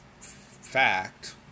fact